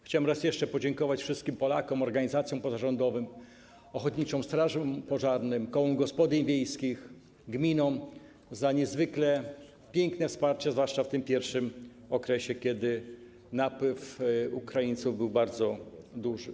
Chciałbym raz jeszcze podziękować wszystkim Polakom, organizacjom pozarządowym, ochotniczym strażom pożarnym, kołom gospodyń wiejskich, gminom za niezwykle piękne wsparcie, zwłaszcza w tym pierwszym okresie, kiedy napływ Ukraińców był bardzo duży.